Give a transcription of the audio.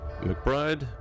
McBride